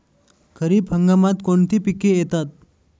खरीप हंगामात कोणती पिके येतात?